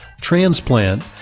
transplant